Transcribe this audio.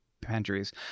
pantries